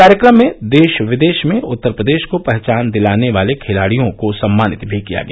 कार्यक्रम में देश विदेश में उत्तर प्रदेश को पहचान दिलाने वाले खिलाड़ियों को सम्मानित भी किया गया